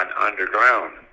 underground